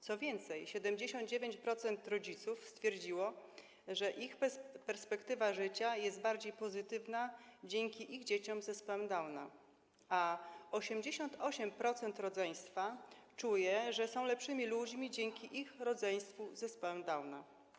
Co więcej, 79% rodziców stwierdziło, że ich perspektywa życia jest bardziej pozytywna dzięki ich dzieciom z zespołem Downa, a 88% rodzeństwa czuje, że są lepszymi ludźmi dzięki ich rodzeństwu z zespołem Downa.